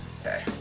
Okay